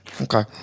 Okay